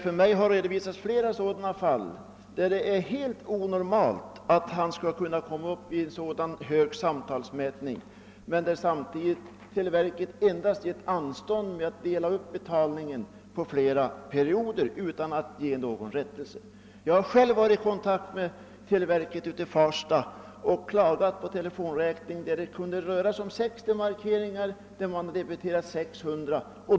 För mig har redovisats flera fall där det varit helt onormalt att vederbörande abonnent skulle ha kunnat komma upp i så högt antal samtalsmarkeringar som debiterats men där televerket det oaktat endast gett anstånd med betalningen genom att dela upp inbetalningen på flera perioder. Någon rättelse har inte skett. Jag har själv varit i kontakt med televerket i Farsta och klagat på telefonräkningen i ett fall, där det rimligen kunde röra sig om 60 markeringar men där man debiterat 600.